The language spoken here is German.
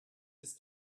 ist